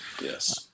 Yes